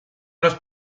los